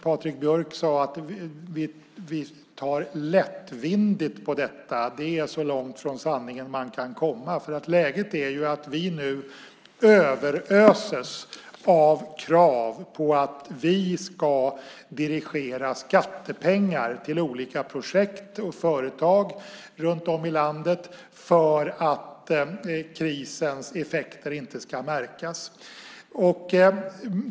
Patrik Björck sade att vi tar lättvindigt på detta. Det är så långt från sanningen man kan komma. Läget är sådant att vi nu överöses av krav på att vi ska dirigera skattepengar till olika projekt och företag runt om i landet för att krisens effekter inte ska märkas.